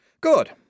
good